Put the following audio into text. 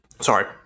Sorry